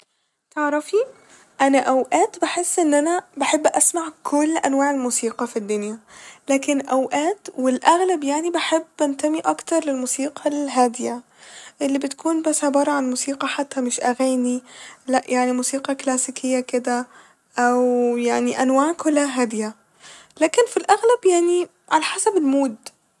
تعرفي انا اوقات بحس ان انا بحب اسمع كل انواع الموسيقى ف الدنيا ، لكن اوقات والاغلب يعني بحب انتمي اكتر للموسيقى الهادية ، اللي بتكون بس عبارة عن موسيقى حتى مش اغاني ، لا يعني موسيقى كلاسيكية كده اويعني انواع كلها هادية ، لكن ف الاغلب يعني على حسب المود